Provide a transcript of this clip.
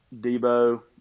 Debo